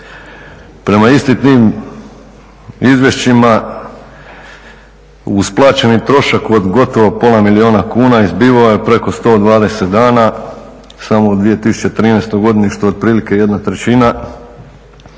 Prema istim tim izvješćima uz plaćeni trošak od gotovo pola milijuna kuna izbivao je preko 120 dana samo u 2013. godini što je otprilike jedna trećina,